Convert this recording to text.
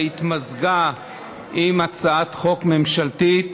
שהתמזגה עם הצעת חוק ממשלתית.